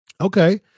Okay